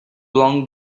blonde